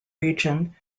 region